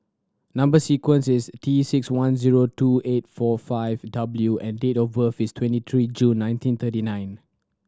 number sequence is T six one zero two eight four five W and date of birth is twenty three June nineteen thirty nine